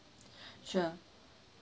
sure